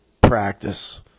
practice